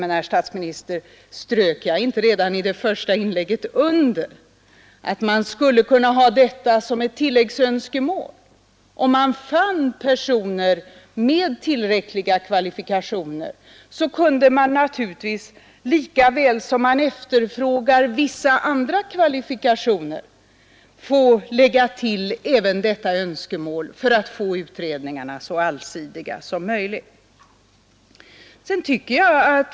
Nej, herr statsminister, jag underströk redan i det första inlägget att man skulle kunna ha detta som ett tilläggsönskemål. Om man fann personer med tillräckliga kvalifikationer, så kunde man naturligtvis — lika väl som man efterfrågar vissa andra kvalifikationer — lägga till även önskemålet om representation för kvinnorna för att få utredningarna så allsidiga som möjligt.